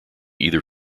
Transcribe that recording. either